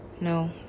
No